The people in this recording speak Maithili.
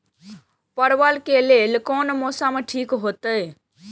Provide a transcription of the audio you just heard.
परवल के लेल कोन मौसम ठीक होते?